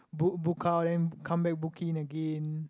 book book out then come back book in again